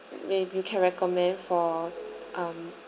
maybe you can recommend for um